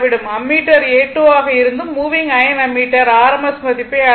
ammeter A 2 ஆக இருக்கும் moving iron ammeter RMS மதிப்பை அளவிடும்